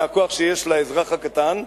מהכוח שיש לאזרח הקטן,